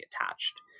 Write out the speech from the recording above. attached